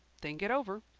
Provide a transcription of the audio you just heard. think it over.